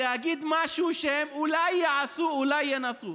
להגיד משהו, שהם אולי יעשו, אולי ינסו.